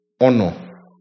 honor